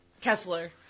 Kessler